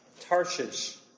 Tarshish